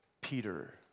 Peter